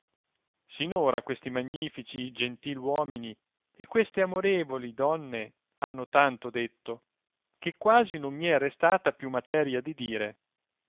ora questi magnifici gentil uomini e queste amorevoli donne hanno tanto detto che quasi non mi è restata più materia di dire